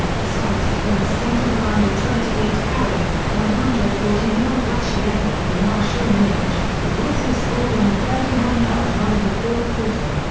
the seahawks' offense centered around a twenty eight carry, one hundred and forty yard rushing effort from marshawn lynch, who also scored on a thirty one yard run in the fourth quarter.